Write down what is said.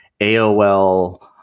AOL